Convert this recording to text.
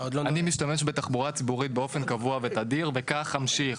אני משתמש בתחבורה ציבורית באופן קבוע ותדיר וכך אמשיך,